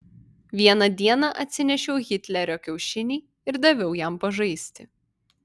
vieną dieną atsinešiau hitlerio kiaušinį ir daviau jam pažaisti